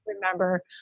remember